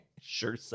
Sure